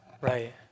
right